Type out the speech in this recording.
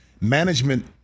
management